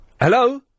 Hello